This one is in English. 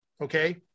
Okay